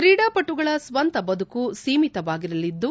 ಕ್ರೀಡಾಪಟುಗಳ ಸ್ವಂತ ಬದುಕು ಸೀಮಿತವಾಗಿರಲಿದ್ದು